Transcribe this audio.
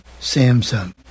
Samsung